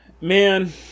Man